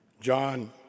John